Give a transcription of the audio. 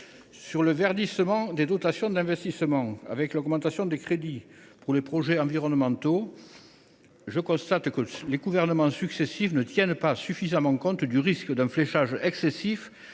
le verdissement des dotations d’investissement, avec l’augmentation des crédits pour les projets environnementaux, je constate que les gouvernements successifs ne tiennent pas suffisamment compte du risque d’un fléchage excessif